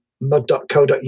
mud.co.uk